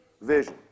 vision